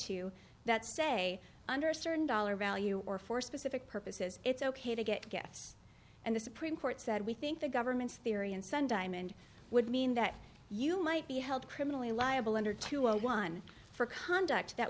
to that say under certain dollar value or for specific purposes it's ok to get gifts and the supreme court said we think the government's theory and send diamond would mean that you might be held criminally liable under two a one for conduct that